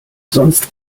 sonst